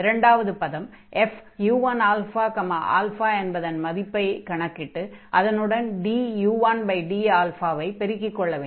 இரண்டாவது பதம் fu1αα என்பதன் மதிப்பைக் கணக்கிட்டு அதனுடன் du1d ஐ பெருக்கிக் கொள்ள வேண்டும்